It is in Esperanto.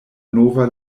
nova